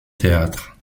theatre